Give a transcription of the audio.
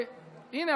הינה,